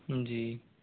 जी